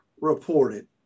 reported